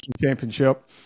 championship